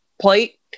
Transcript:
plate